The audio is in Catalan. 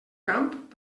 camp